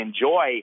enjoy